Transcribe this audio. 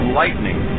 lightning